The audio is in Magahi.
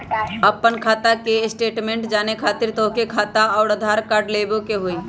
आपन खाता के स्टेटमेंट जाने खातिर तोहके खाता अऊर आधार कार्ड लबे के होइ?